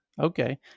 Okay